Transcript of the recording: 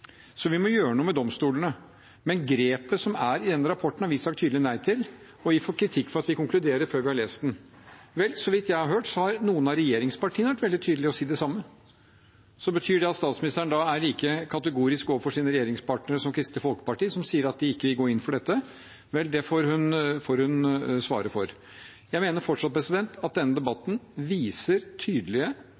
Vi må gjøre noe med domstolene. Men grepet i rapporten har vi sagt tydelig nei til, og vi får kritikk for å konkludere før vi har lest den. Så vidt jeg har hørt, har noen av regjeringspartiene vært veldig tydelige på å si det samme. Betyr det at statsministeren er like kategorisk overfor sin regjeringspartner Kristelig Folkeparti, som sier at de ikke vil gå inn for det? Vel, det får hun svare for. Jeg mener fortsatt at denne debatten viser tydelige